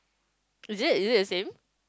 is it is it the same